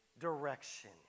Direction